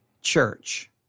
church